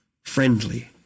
friendly